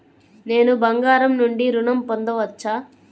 నేను బంగారం నుండి ఋణం పొందవచ్చా?